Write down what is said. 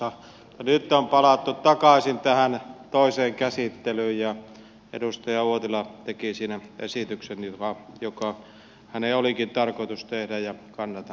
mutta nyt on palattu takaisin tähän toiseen käsittelyyn ja edustaja uotila teki siinä esityksen joka hänen olikin tarkoitus tehdä ja kannatan sitä